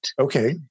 Okay